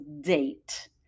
date